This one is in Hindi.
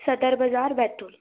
सदर बाज़ार बैतुल